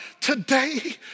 today